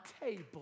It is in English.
table